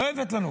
לא הבאת לנו,